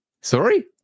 sorry